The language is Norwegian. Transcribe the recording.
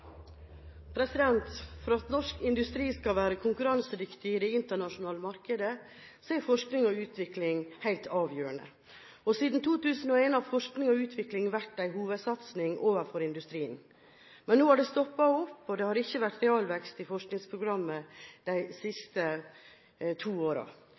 For at norsk industri skal være konkurransedyktig i det internasjonale markedet, er forskning og utvikling helt avgjørende. Siden 2001 har forskning og utvikling overfor industrien vært en hovedsatsing, men nå har det stoppet opp. Det har ikke vært realvekst i forskningsprogrammet de siste to